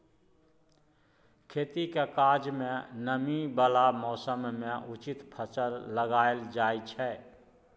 खेतीक काज मे नमी बला मौसम मे उचित फसल लगाएल जाइ छै